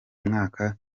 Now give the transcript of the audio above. mwaka